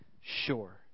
Sure